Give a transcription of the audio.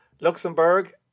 Luxembourg